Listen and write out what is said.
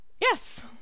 Yes